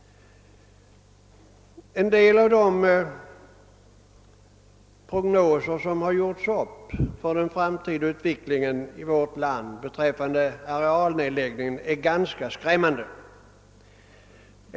En del av de prognoser som har gjorts upp för den framtida utvecklingen i vårt land beträffande arealnedläggningen är ganska skrämmande.